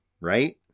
Right